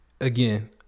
Again